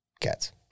cats